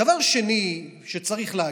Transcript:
דבר שני שצריך להגיד: